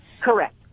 Correct